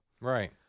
right